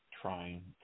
trying